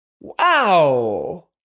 Wow